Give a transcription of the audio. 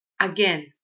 again